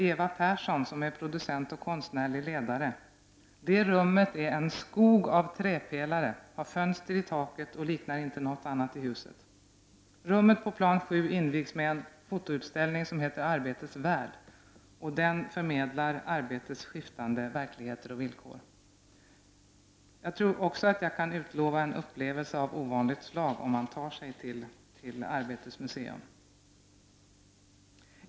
Eva Persson, som är producent och konstnärlig ledare, har sagt följande om plan 7: Det rummet är en skog av trädpelare, det har fönster i taket och liknar inget annat i huset. miljö samt till museer och utställningar Rummet på plan 7 invigs med en stor fotoutställning som heter Arbetets värld. Den förmedlar arbetets skiftande verkligheter och villkor. Jag tror också att jag kan utlova en upplevelse av ovanligt slag för dem som tar sig till Arbetets museum.